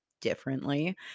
differently